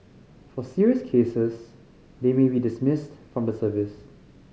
for serious cases they may be dismissed from the service